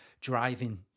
driving